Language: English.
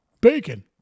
Bacon